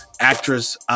Actress